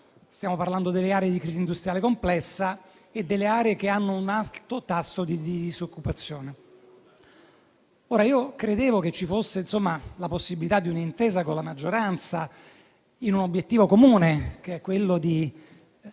Mi riferisco alle aree di crisi industriale complessa e alle aree che hanno un alto tasso di disoccupazione. Credevo che ci fosse la possibilità di un'intesa con la maggioranza verso un obiettivo comune, che è quello di